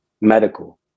medical